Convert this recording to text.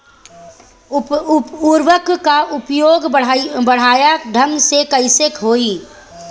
उर्वरक क प्रयोग बढ़िया ढंग से कईसे होई?